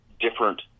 different